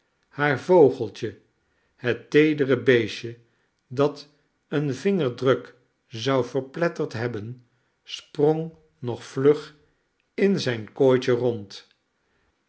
haar vogeltje het teedere beestje dat een vingerdruk zou verpletterd hebben sprong nog vlug in zijn kooitje rond